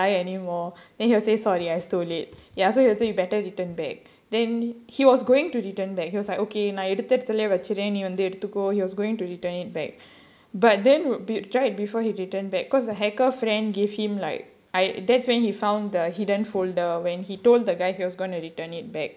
ya lie anymore then he will say sorry I stole it ya so he'll say you better return back then he was going to return back he was like okay நான் எடுத்த இடத்துலயே வச்சிடறேன் நீ எடுத்துக்கோ:naan edutha idathulayae vachidraen nee eduthukko to go he was going to return it back but then be right before he return back because the hacker friend gave him like i~ that's when he found the hidden folder when he told the guy he was gonna return it back